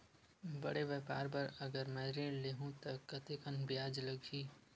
बड़े व्यापार बर अगर मैं ऋण ले हू त कतेकन ब्याज लगही?